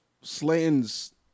Slayton's